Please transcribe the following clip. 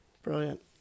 Brilliant